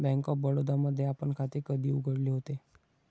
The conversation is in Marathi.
बँक ऑफ बडोदा मध्ये आपण खाते कधी उघडले होते?